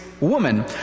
woman